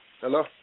Hello